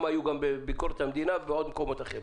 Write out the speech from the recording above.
היה גם בוועדה לביקורת המדינה ובמקומות אחרים.